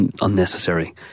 unnecessary